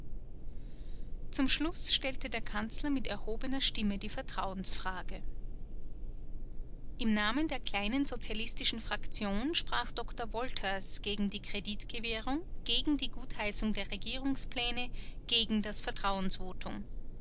zum schluß stellte der kanzler mit erhobener stimme die vertrauensfrage im namen der kleinen sozialistischen fraktion sprach doktor wolters gegen die kreditgewährung gegen die gutheißung der regierungspläne gegen das